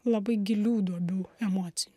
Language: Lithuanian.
labai gilių duobių emocinių